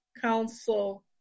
Council